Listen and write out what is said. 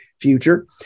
future